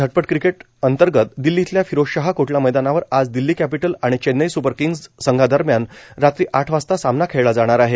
झटपट क्रिकेट अंतर्गत दिल्ली इथल्या फिरोज शाह कोटला मैदानावर आज दिल्ली कॅपिटल आणि चेन्नई सूपर किंग्ज संघादरम्यान रात्री आठ वाजता सामना खेळला जाणार आहे